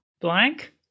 Blank